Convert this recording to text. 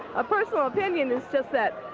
a personal opinion is just that,